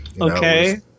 Okay